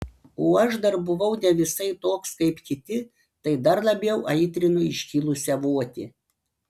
o aš dar buvau ne visai toks kaip kiti tai dar labiau aitrino iškilusią votį